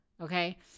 okay